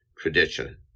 tradition